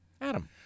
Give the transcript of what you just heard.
Adam